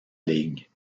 ligue